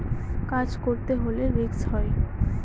কাজ করতে হলে রিস্ক হয়